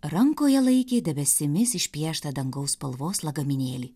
rankoje laikė debesimis išpieštą dangaus spalvos lagaminėlį